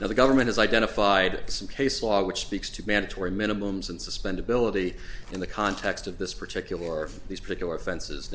now the government is identified some case law which speaks to mandatory minimums and suspend ability in the context of this particular these particular offenses